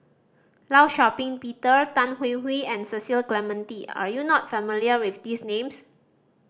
Law Shau Ping Peter Tan Hwee Hwee and Cecil Clementi are you not familiar with these names